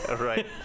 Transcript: Right